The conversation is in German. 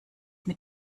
mit